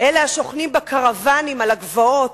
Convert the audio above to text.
אלה השוכנים בקרוונים על הגבעות,